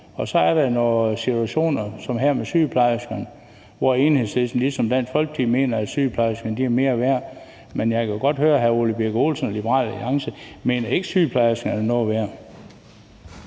Så er der nogle situationer som her med sygeplejerskerne, hvor Enhedslisten ligesom Dansk Folkeparti mener, at sygeplejerskerne er mere værd. Men jeg kan godt høre, at hr. Ole Birk Olesen og Liberal Alliance ikke mener, at sygeplejerskerne er noget værd.